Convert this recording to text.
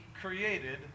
created